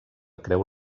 creu